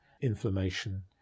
inflammation